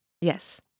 Yes